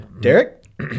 Derek